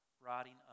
rotting